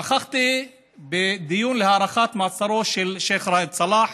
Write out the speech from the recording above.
נכחתי בדיון להארכת מעצרו של שיח' ראאד סלאח